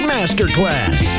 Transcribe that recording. Masterclass